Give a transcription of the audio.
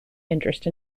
interest